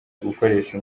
gukoresha